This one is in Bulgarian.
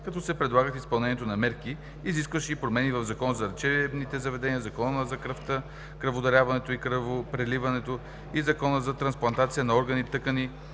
като се предлага изпълнението на мерки, изискващи промени в Закона за лечебните заведения, Закона за кръвта, кръводаряването и кръвопреливането и Закона за трансплантация на органи, тъкани